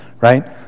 right